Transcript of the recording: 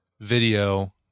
video